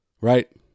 Right